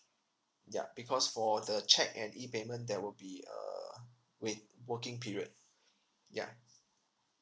ya because for the cheque and E payment there will be a wait working period yeah